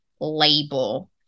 label